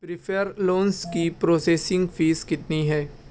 prefer loans کی processing fee کتنی ہے